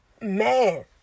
Man